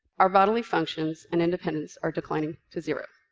our bodily functions and independence are declining to zero.